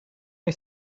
may